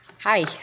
Hi